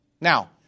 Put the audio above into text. Now